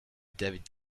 david